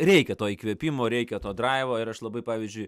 reikia to įkvėpimo reikia to draivo ir aš labai pavyzdžiui